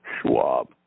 Schwab